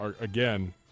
again